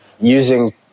using